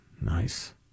Nice